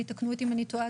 ויתקנו אותי אם אני טועה,